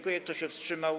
Kto się wstrzymał?